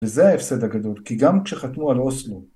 וזה ההפסד הגדול, כי גם כשחתמו על אוסלו.